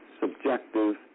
subjective